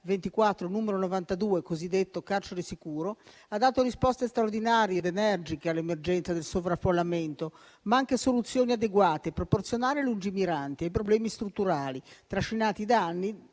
2024, n. 92, cosiddetto carcere sicuro, ha dato risposte straordinarie ed energiche all'emergenza del sovraffollamento, ma anche soluzioni adeguate, proporzionali e lungimiranti ai problemi strutturali, trascinati da anni